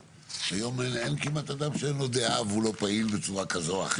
היום אין כמעט אדם שאין לו דעה והוא לא פעיל בצורה כזו או אחרת.